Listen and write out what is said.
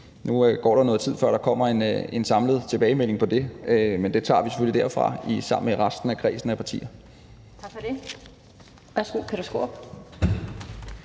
selvfølgelig noget tid, før der kommer en samlet tilbagemelding på det, men det tager vi selvfølgelig derfra sammen med resten af kredsen af partier.